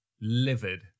livid